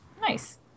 Nice